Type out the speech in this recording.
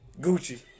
Gucci